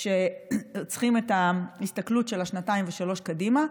שצריכים את ההסתכלות של שנתיים ושלוש קדימה.